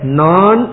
non